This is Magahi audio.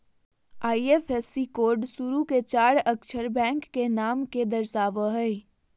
आई.एफ.एस.सी कोड शुरू के चार अक्षर बैंक के नाम के दर्शावो हइ